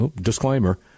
Disclaimer